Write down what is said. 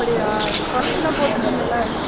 அப்படியா குறைச்சிலாம் போட்டுப்பீங்கள்லே